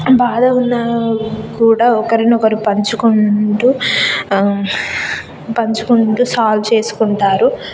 బాధగా ఉన్నా కూడా ఒకరినొకరు పంచుకొంటూ పంచుకొంటూ సాల్వ్ చేసుకుంటారు